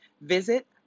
visit